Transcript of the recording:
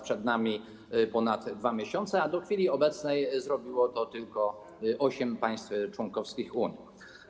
Przed nami ponad 2 miesiące, a do chwili obecnej zrobiło to tylko osiem państw członkowskich Unii.